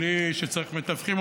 בלי שצריך מתווכים,